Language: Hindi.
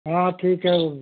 हाँ ठीक है वो